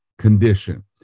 condition